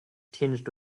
tinged